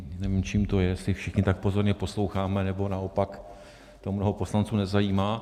Nevím, čím to je, jestli všichni tak pozorně posloucháme, nebo to naopak mnoho poslanců nezajímá.